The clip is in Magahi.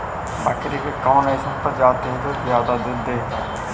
बकरी के कौन अइसन प्रजाति हई जो ज्यादा दूध दे हई?